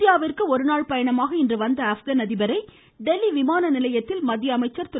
இந்தியாவிற்கு ஒரு நாள் பயணமாக இன்று வந்த ஆப்கன் அதிபரை டெல்லி விமான நிலையத்தில் மத்திய அமைச்சர் திரு